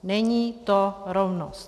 Není to rovnost.